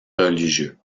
religieux